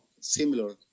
similar